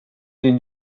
den